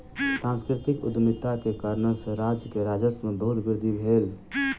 सांस्कृतिक उद्यमिता के कारणेँ सॅ राज्य के राजस्व में बहुत वृद्धि भेल